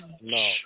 No